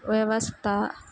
వ్యవస్థ